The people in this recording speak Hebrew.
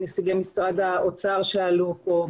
מנציגי משרד האוצר שעלו פה,